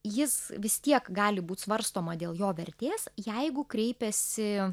jis vis tiek gali būt svarstoma dėl jo vertės jeigu kreipiasi